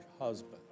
husband